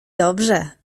dobrze